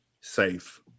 safe